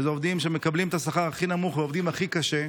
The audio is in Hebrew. שאלה עובדים שמקבלים את השכר הכי נמוך ועובדים הכי קשה.